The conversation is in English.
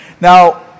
Now